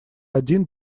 один